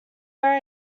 where